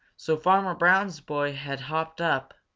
so farmer brown's boy had hopped up,